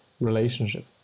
relationship